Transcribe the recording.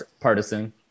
partisan